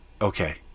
Okay